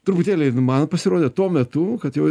truputėlį man pasirodė tuo metu kad jau